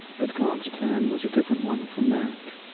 but god's plan was a different one from that.